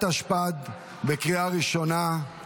התשפ"ד 2024,